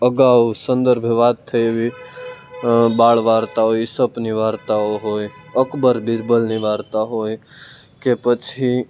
અગાઉ સંદર્ભે વાત થઈ એવી બાળ વાર્તાઓ ઇસપની વાર્તાઓ હોય અકબર બિરબલની વાર્તા હોય કે પછી